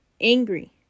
angry